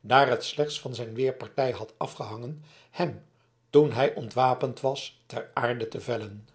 daar het slechts van zijn weerpartij had afgehangen hem toen hij ontwapend was ter aarde te vellen